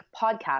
podcast